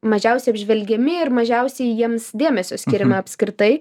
mažiausiai apžvelgiami ir mažiausiai jiems dėmesio skiriame apskritai